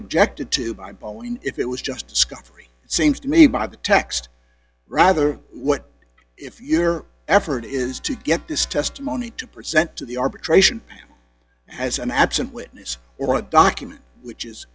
objected to by boeing if it was just scot free it seems to me by the text rather what if your effort is to get this testimony to present to the arbitration panel as an absent witness or a document which is